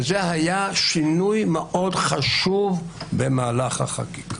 וזה היה שינוי מאוד חשוב במהלך החקיקה.